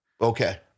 Okay